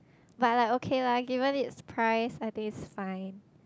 but like okay lah given its price I think its fine